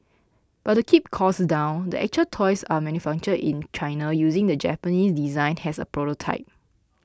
but to keep costs down the actual toys are manufactured in China using the Japanese design as a prototype